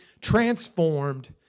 Transformed